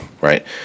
right